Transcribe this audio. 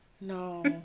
No